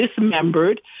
dismembered